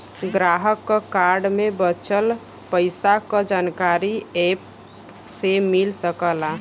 ग्राहक क कार्ड में बचल पइसा क जानकारी एप से मिल सकला